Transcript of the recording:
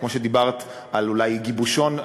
כמו שדיברת על אולי גיבושון,